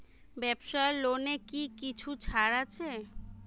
ব্যাবসার লোনে কি কিছু ছাড় আছে?